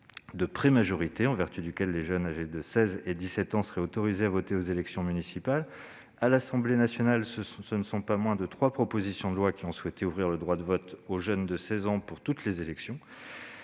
de pré-majorité en vertu duquel les jeunes âgés de 16 et 17 ans seraient autorisés à voter aux élections municipales. À l'Assemblée nationale, pas moins de trois propositions de loi ont visé à ouvrir le droit de vote aux jeunes de 16 ans pour toutes les élections.